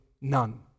none